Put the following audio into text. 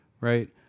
right